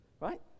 right